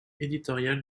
éditorial